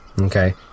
okay